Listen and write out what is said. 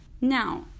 Now